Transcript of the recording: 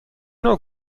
نوع